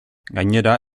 gainera